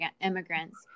immigrants